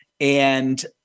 and-